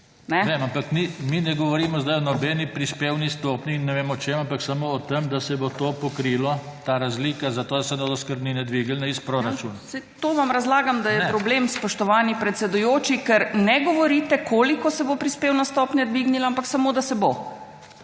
Vem, ampak mi ne govorimo zdaj o nobeni prispevni stopnji in ne vem o čem, ampak samo o tem, da se bo to pokrilo, ta razlika, zato, da se ne bodo oskrbnine dvignile, iz proračuna. **MAG. ALENKA BRATUŠEK (PS SAB):** Ja, saj to vam razlagam, da je problem, spoštovani predsedujoči. Ker ne govorite, koliko se bo prispevna stopnja dvignila, ampak samo, da se bo.